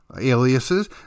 aliases